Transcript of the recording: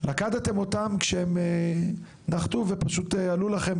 לכדתם אותם כשהם נחתו ופשוט עלו לכם